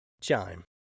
Chime